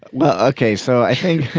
well ok. so i think